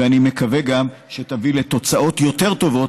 ואני מקווה שגם תביא לתוצאות יותר טובות